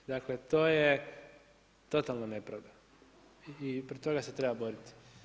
Dakle, to je totalna nepravda i protiv toga se treba boriti.